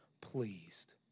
pleased